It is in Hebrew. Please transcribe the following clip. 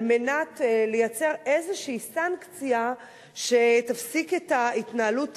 על מנת לייצר איזושהי סנקציה שתפסיק את ההתנהלות